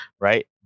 Right